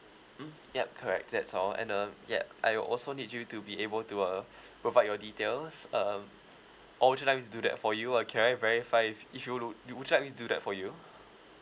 mm yup correct that's all and um ya I'll also need you to be able to uh provide your details um or would you like me to do that for you uh can I verify if if you would you would you like me to do that for you